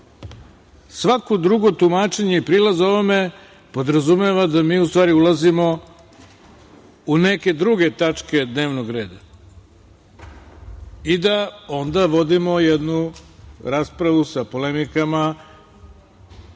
Svako drugo tumačenje i prilaz ovome podrazumeva da mi u stvari ulazimo u neke druge tačke dnevnog reda i da onda vodimo jednu raspravu sa polemikama,